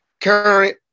current